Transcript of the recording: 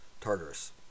Tartarus